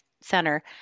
center